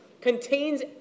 contains